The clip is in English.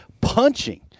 punching